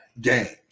games